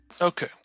Okay